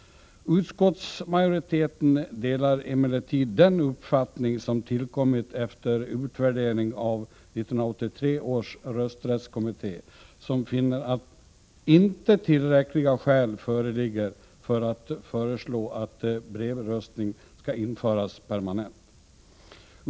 Utskottsmajoriteten delar emellertid den uppfattning som tillkommit efter utvärdering av 1983 års rösträttskommitté, som finner att inte tillräckliga skäl föreligger för att föreslå att brevröstning skall införas permanent.